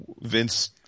Vince